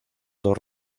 dos